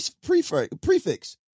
prefix